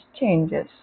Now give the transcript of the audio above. changes